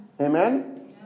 Amen